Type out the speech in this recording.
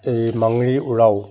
এই মাংৰি উৰাও